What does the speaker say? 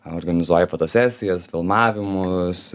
organizuoja fotosesijas filmavimus